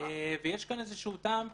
ויש כאן טעם לפגם.